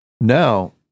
Now